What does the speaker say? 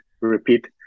repeat